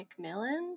McMillan